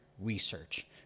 research